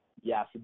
yes